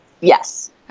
Yes